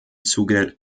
zuge